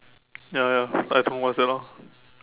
ya ya I don't know what's that ah